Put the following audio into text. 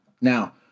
Now